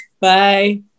Bye